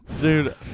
Dude